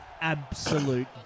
absolute